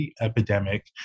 epidemic